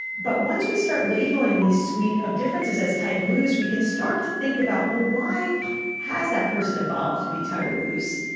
but once we start labelling this suite of differences as tight and loose, we can start to think about, well, why has that person evolved to be tight or loose?